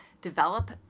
develop